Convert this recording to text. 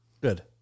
good